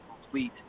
complete